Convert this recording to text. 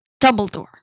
Dumbledore